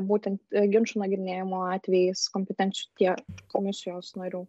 būtent ginčų nagrinėjimo atvejais kompetencijų tie komisijos narių